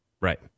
Right